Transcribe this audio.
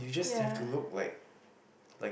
yeah